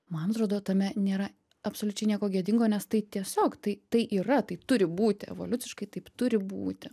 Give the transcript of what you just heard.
man atrodo tame nėra absoliučiai nieko gėdingo nes tai tiesiog tai tai yra tai turi būti evoliuciškai taip turi būti